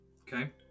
okay